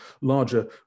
larger